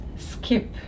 Skip